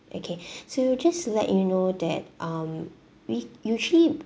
okay so just to let you know that um we usually